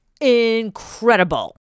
incredible